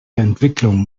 entwicklungen